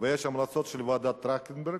ויש המלצות של ועדת-טרכטנברג,